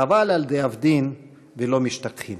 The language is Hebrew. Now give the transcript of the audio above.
חבל על דאבדין ולא משתכחין.